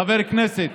חבר הכנסת,